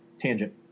tangent